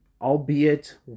albeit